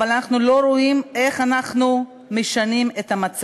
אבל אנשים לא יוצאים לעבודה, הם מרמים אותך.